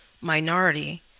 minority